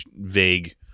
vague